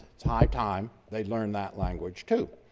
it's high time they learn that language, too.